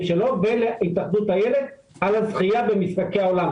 שלו ולהתאחדות אילת על הזכייה במשחקי עולם,